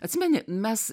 atsimeni mes